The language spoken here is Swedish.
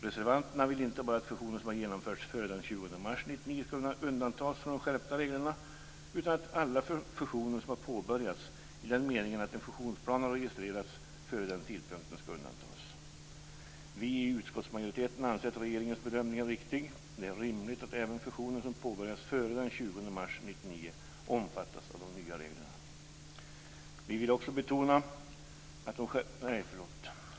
Reservanterna vill inte bara att fusioner som har genomförts före den De vill att alla fusioner som har påbörjats i den meningen att en fusionsplan har registrerats före den tidpunkten skall undantas. Vi i utskottsmajoriteten anser att regeringens bedömning är riktig. Det är rimligt att även fusioner som påbörjats före den 20 mars 1999 omfattas av de nya reglerna.